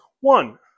one